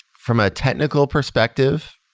from a technical perspective,